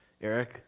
Eric